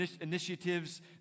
initiatives